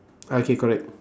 ah okay correct